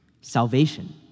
Salvation